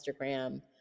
Instagram